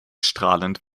strahlend